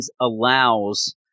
allows